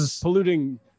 polluting